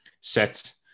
sets